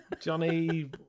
Johnny